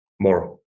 more